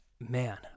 man